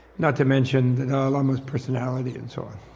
not to mention the dalai lama's personality and so on